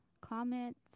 comment